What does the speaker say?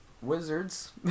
wizards